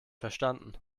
verstanden